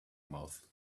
mouth